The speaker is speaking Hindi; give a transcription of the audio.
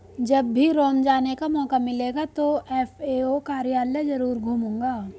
जब भी रोम जाने का मौका मिलेगा तो एफ.ए.ओ कार्यालय जरूर घूमूंगा